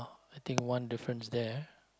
I think one difference there